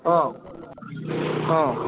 অঁ অঁ